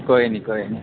कोई नी कोई नी